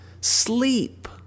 sleep